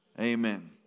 Amen